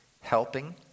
helping